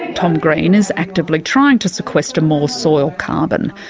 tom green is actively trying to sequester more soil carbon.